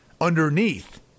underneath